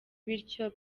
bityo